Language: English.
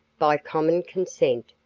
by common consent,